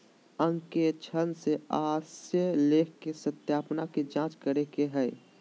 अंकेक्षण से आशय लेख के सत्यता के जांच करे के हइ